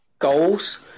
goals